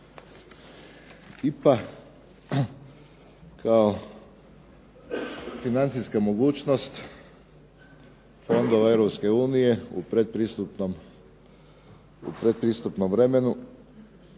IPA kao financijska mogućnost fondova Europske unije u predpristupnom vremenu